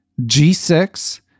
g6